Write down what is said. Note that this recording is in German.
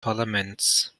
parlaments